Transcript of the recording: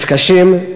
נפגשים,